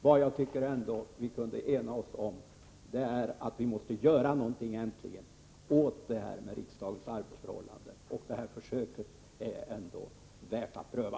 Vad jag tycker att vi kunde ena oss om är att vi äntligen måste göra någonting åt riksdagens arbetsförhållanden. Detta försök är ändå värt att pröva.